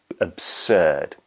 absurd